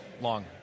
Long